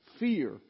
Fear